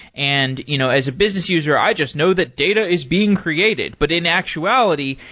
and you know as a business user, i just know that data is being created, but in actuality,